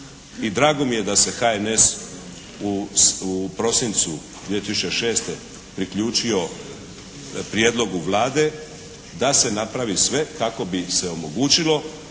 drago mi je da se HNS u prosincu 2006. priključio prijedlogu Vlade da se napravi sve kako se omogućilo